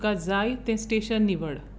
तुका जाय तें स्टेशन निवड